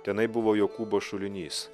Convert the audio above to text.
tenai buvo jokūbo šulinys